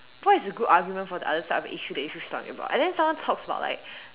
what is a good argument for the other side of the issue that you were just talking about and then someone talks about like